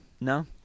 No